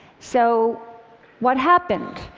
so what happened?